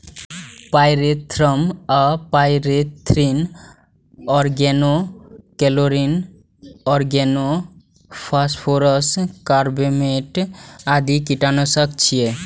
pyrethrum आ pyrethrin, organochlorine, organophosphorus, carbamate आदि कीटनाशक छियै